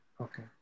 okay